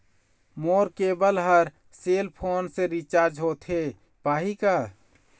मोर केबल हर cell phone से रिचार्ज होथे पाही का?